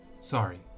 sorry